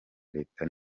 leta